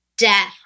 death